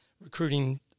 recruiting